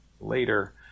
later